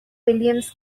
williams